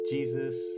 Jesus